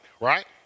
right